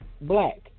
black